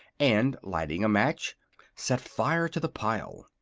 and lighting a match set fire to the pile.